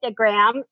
Instagram